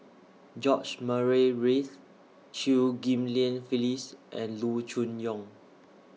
George Murray Reith Chew Ghim Lian Phyllis and Loo Choon Yong